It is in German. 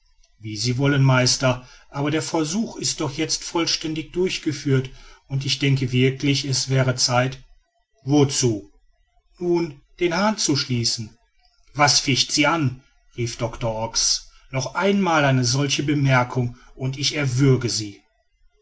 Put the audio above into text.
wie sie wollen meister aber der versuch ist doch jetzt vollständig durchgeführt und ich denke wirklich es wäre zeit wozu nun den hahn zu schließen was ficht sie an rief doctor ox noch ein mal eine solche bemerkung und ich erwürge sie